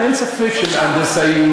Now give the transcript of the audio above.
אין ספק שהנדסאים,